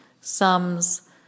sums